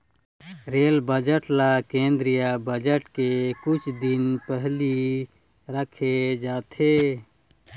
rail budget ल केंद्रीय budget के कुछ दिन पहिली राखे जाथे